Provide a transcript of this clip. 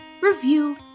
review